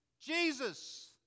Jesus